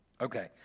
Okay